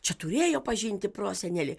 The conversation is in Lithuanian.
čia turėjo pažinti prosenelį